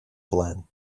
plan